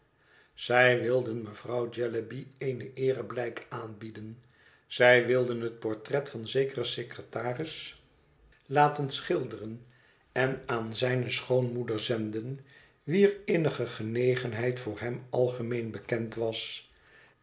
zij wilden mevrouw jellyby een eereblijk aanbieden zij wilden het portret van zekeren secretaris laten schilr luw het verlaten huis deren en aan zijne schoonmoeder zenden wier innige genegenheid voor hem algemeen bekend was